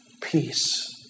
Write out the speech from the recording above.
peace